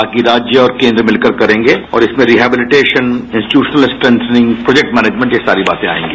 बाकी राज्य और कोन्द्र मिलकर करेंगे और इसमें rehabilitation institutional strengthening project management ये सारी बातें आएगी